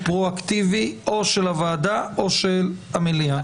פרו-אקטיבי או של הוועדה או של המליאה.